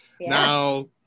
Now